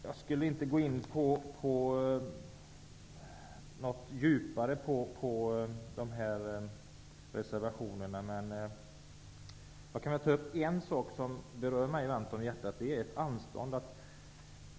Jag skall inte gå in på reservationerna, men jag kan ta upp en sak som ligger mig varmt om hjärtat.